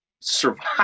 survive